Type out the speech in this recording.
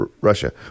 Russia